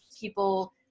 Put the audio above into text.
people